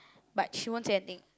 but she won't say anything